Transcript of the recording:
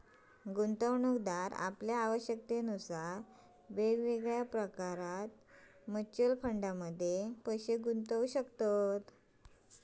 गुंतवणूकदार आपल्या आवश्यकतेनुसार वेगवेगळ्या प्रकारच्या म्युच्युअल फंडमध्ये पैशे गुंतवू शकतत